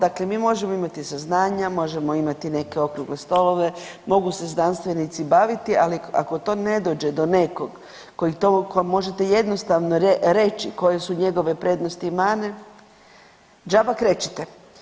Dakle, mi možemo imati saznanja, možemo imati neke okrugle stolove, mogu se znanstvenici baviti, ali ako to ne dođe do nekog koji to, kojem možete jednostavno reći koje su njegove prednosti i mane džaba krečite.